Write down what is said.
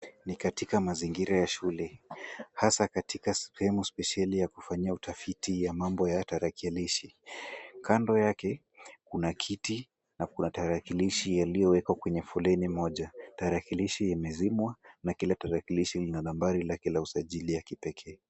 Ni katika mazingira ya shule, hasa katika sehemu spesheli ya kufanyia utafiti ya mambo ya tarakilishi, kando yake, kuna kiti, na kuna tarakilishi yaliowekwa kwenye foleni moja, tarakilishi imezimwa, na kila tarakikishi ina nambari za usajili ya kipekee.